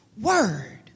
word